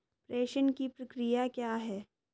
प्रेषण की प्रक्रिया क्या है?